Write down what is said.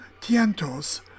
Tientos